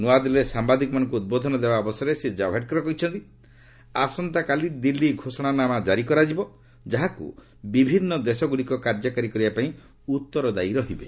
ନ୍ନଆଦିଲ୍ଲୀରେ ସାମ୍ବାଦିକମାନଙ୍କୁ ଉଦ୍ବୋଧନ ଦେବା ଅବସରରେ ଶ୍ରୀ ଜାଭଡେକର କହିଛନ୍ତି ଆସନ୍ତାକାଲି ଦିଲ୍ଲୀ ଘୋଷଣା ନାମା କାରି କରାଯିବ ଯାହାକୁ ବିଭିନ୍ନ ଦେଶଗୁଡ଼ିକ କାର୍ଯ୍ୟକାରୀ କରିବା ପାଇଁ ଉତ୍ତରଦାୟୀ ରହିବେ